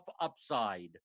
upside